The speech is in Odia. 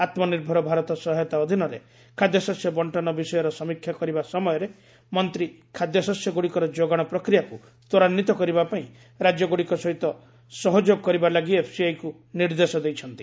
ଆତ୍କନିର୍ଭର ଭାରତ ସହାୟତା ଅଧୀନରେ ଖାଦ୍ୟଶସ୍ୟ ବଂଟନ ବିଷୟର ସମୀକ୍ଷା କରିବା ସମୟରେ ମନ୍ତ୍ରୀ ଖାଦ୍ୟଶସ୍ୟଗୁଡ଼ିକର ଯୋଗାଣ ପ୍ରକ୍ରିୟାକୁ ତ୍ୱରାନ୍ୱିତ କରିବା ପାଇଁ ରାଜ୍ୟଗୁଡ଼ିକ ସହିତ ସହଯୋଗ କରିବା ଲାଗି ଏଫ୍ସିଆଇକ୍ ନିର୍ଦ୍ଦେଶ ଦେଇଛନ୍ତି